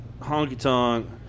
honky-tonk